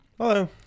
Hello